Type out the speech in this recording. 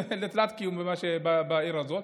זה תלת-קיום בעיר הזאת.